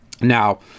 now